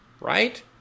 right